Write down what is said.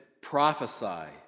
Prophesy